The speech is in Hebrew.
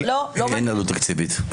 אין עלות תקציבית.